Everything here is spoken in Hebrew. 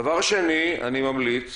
דבר שני, אני ממליץ